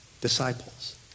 disciples